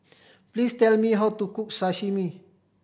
please tell me how to cook Sashimi